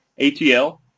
ATL